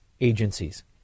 agencies